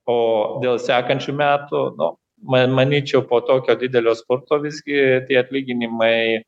o dėl sekančių metų nu ma manyčiau po tokio didelio sporto visgi tie atlyginimai